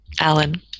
Alan